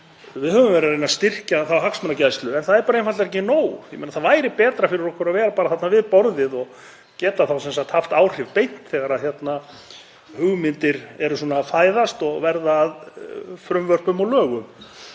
Við höfum verið að reyna að styrkja hagsmunagæslu en það er einfaldlega ekki nóg. Það væri betra fyrir okkur að vera bara þarna við borðið og geta þá haft áhrif beint þegar hugmyndir eru að fæðast og verða að frumvörpum og lögum.